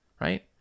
right